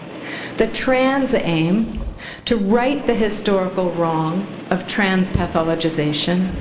the trans aim to right the historical wrong of trans pathologization,